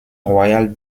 royale